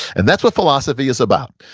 and that's what philosophy is about,